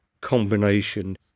combination